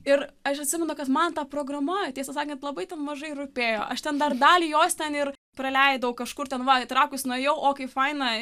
ir aš atsimenu kad man ta programa tiesą sakant labai mažai rūpėjo aš ten dar dalį jos ten ir praleidau kažkur ten va į trakus nuėjau o kaip faina